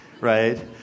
right